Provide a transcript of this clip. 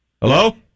Hello